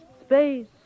space